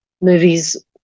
movies